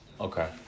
Okay